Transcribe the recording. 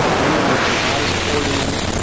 many more jihadists poured in,